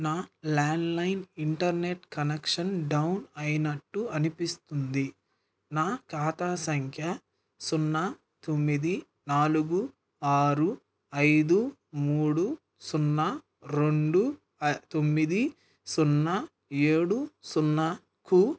నా landline internet connection down అయినట్టు అనిపిస్తుంది నా ఖాతా సంఖ్య సున్నా తొమ్మిది నాలుగు ఆరు ఐదు మూడు సున్నా రెండు తొమ్మిది సున్నా ఏడు సున్నాకు